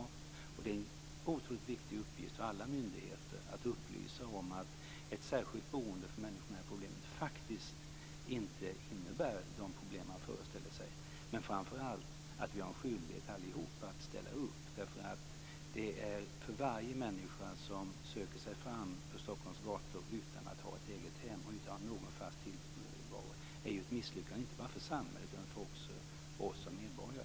Det är en otroligt viktig uppgift för alla myndigheter att upplysa om att ett särskilt boende för människor med de här problemen faktiskt inte innebär de problem man föreställer sig - och framför allt om att vi alla har en skyldighet att ställa upp. Varje människa som söker sig fram på Stockholms gator utan att ha ett eget hem och utan att ha någon fast tillvaro är ju ett misslyckande inte bara för samhället utan också för oss som medborgare.